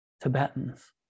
Tibetans